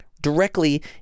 directly